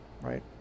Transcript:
right